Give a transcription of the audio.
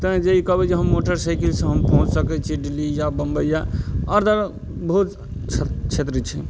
तैं जे ई कहबइ जे हम मोटर साइकिलसँ हम पहुँच सकय छियै दिल्ली या बम्बइ या आओर जगह बहुत क्षेत्र छै